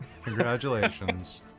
congratulations